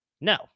No